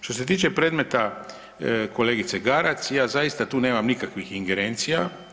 Što se tiče predmeta kolegice Garac ja zaista nemam tu nikakvih ingerencija.